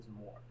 more